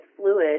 fluid